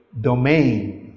domain